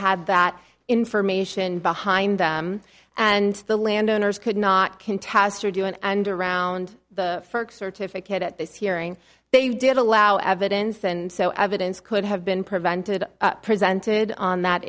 had that information behind them and the landowners could not contest are doing and around the certificate at this hearing they did allow evidence and so evidence could have been prevented presented on that